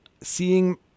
seeing